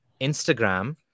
Instagram